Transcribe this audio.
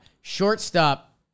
Shortstop